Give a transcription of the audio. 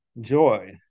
joy